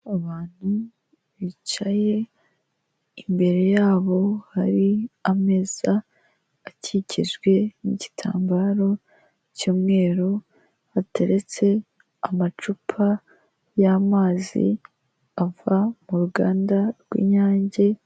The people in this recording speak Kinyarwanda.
Abantu bicaye imbere yabo hari ameza akikijwe nigitambaro cy'umweru ateretse amacupa y'amazi ava mu ruganda rw'inyange.